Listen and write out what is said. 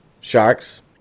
Sharks